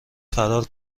فرار